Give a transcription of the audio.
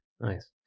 nice